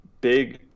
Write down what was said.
big